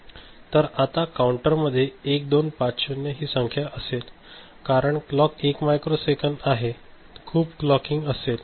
तर आता काउंटर मध्ये 1250 संख्या असेल कारण क्लॉक 1 मायक्रोसेकंद असल्यामुळे खूप क्लॉकिंग असेल